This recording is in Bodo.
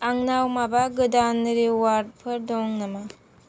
आंनाव माबा गोदान रिवार्डफोर दं नामा